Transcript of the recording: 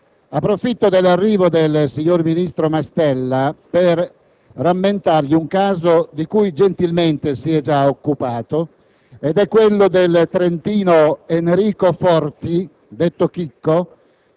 Approfitto dell'arrivo del signor ministro Mastella per rammentargli un caso di cui gentilmente si è già occupato, quello del trentino Enrico Forti, detto Chicco,